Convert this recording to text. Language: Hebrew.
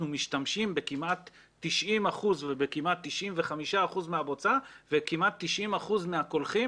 משתמשים כמעט ב-95 אחוזים מהבוצה וכמעט ב-90 אחוזים מהקולחים.